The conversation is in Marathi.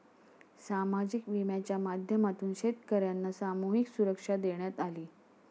सामाजिक विम्याच्या माध्यमातून शेतकर्यांना सामूहिक सुरक्षा देण्यात आली